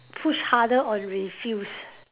push harder on refuse